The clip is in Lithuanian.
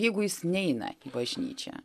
jeigu jis neina į bažnyčią